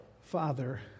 Father